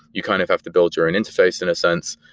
you kind of have to build your own interface in a sense,